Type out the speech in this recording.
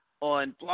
on